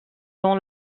dans